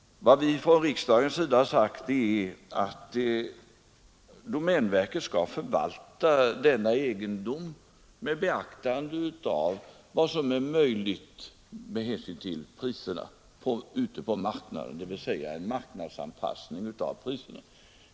Vad riksdagen har begärt är att domänverket skall förvalta denna statens egendom med beaktande av vad som är möjligt med hänsyn till priserna ute på marknaden. Det gäller alltså en marknadsanpassning av priserna.